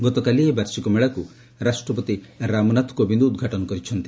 ଗତକାଲି ଏହି ବାର୍ଷିକ ମେଳାକୁ ରାଷ୍ଟ୍ରପତି ରାମନାଥ କୋବିନ୍ଦ ଉଦ୍ଘାଟନ କରିଛନ୍ତି